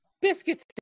Biscuits